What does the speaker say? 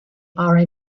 are